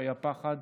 היה פחד,